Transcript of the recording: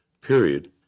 Period